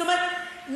זאת אומרת,